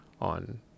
on